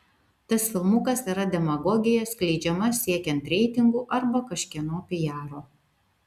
tas filmukas yra demagogija skleidžiama siekiant reitingų arba kažkieno pijaro